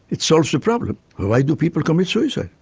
it solves the problem. why do people commit suicide,